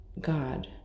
God